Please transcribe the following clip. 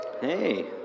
Hey